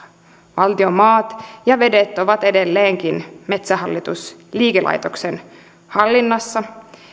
valtion maat ja vedet ovat edelleenkin metsähallitus liikelaitoksen hallinnassa